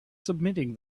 submitting